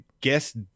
guess